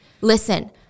Listen